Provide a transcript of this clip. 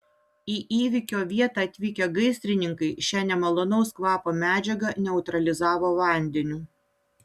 į įvykio vietą atvykę gaisrininkai šią nemalonaus kvapo medžiagą neutralizavo vandeniu